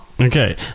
Okay